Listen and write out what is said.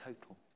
total